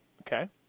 Okay